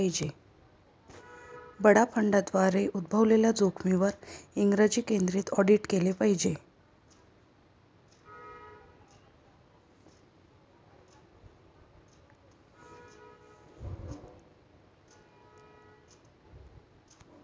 बडा फंडांद्वारे उद्भवलेल्या जोखमींवर इंग्रजी केंद्रित ऑडिट केले पाहिजे